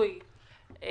זה